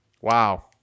Wow